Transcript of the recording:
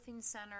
center